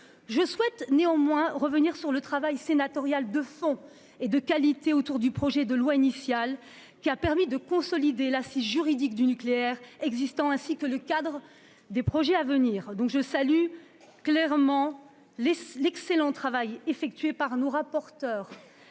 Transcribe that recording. Je souhaite néanmoins revenir sur le travail sénatorial de fond et de qualité mené à partir du projet de loi initial, travail qui a permis de consolider l'assise juridique du nucléaire existant, ainsi que le cadre des projets à venir. Je salue également l'excellent travail de nos rapporteurs,